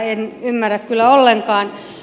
en ymmärrä kyllä ollenkaan